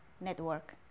network